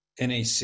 NAC